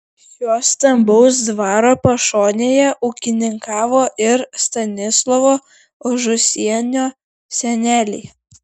šio stambaus dvaro pašonėje ūkininkavo ir stanislovo ažusienio seneliai